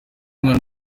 umwana